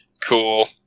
Cool